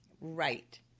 Right